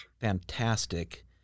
fantastic